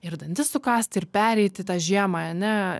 ir dantis sukąsti ir pereiti tą žiemą ane